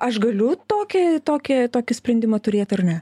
aš galiu tokį tokį tokį sprendimą turėt ar ne